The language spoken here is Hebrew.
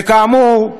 וכאמור,